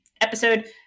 episode